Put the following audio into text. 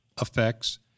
effects